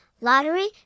lottery